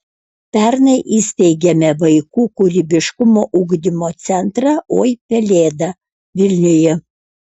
pernai įsteigėme vaikų kūrybiškumo ugdymo centrą oi pelėda vilniuje